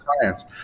clients